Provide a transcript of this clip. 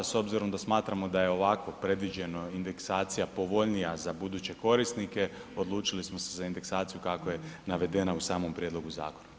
S obzirom da smatramo da je ovako predviđeno indeksacija povoljnija za buduće korisnike odlučili smo se za indeksaciju kako je navedeno u samom prijedlogu zakona.